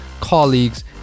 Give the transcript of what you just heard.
colleagues